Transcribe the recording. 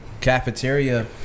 cafeteria